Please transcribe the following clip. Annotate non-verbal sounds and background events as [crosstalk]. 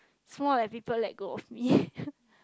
it's more like people let go of me [laughs]